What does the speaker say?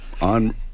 on